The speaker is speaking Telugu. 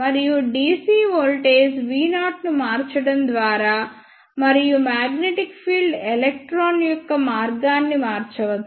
మరియు DC వోల్టేజ్ V0ను మార్చడం ద్వారా మరియు మాగ్నెటిక్ ఫీల్డ్ ఎలక్ట్రాన్ యొక్క మార్గాన్ని మార్చవచ్చు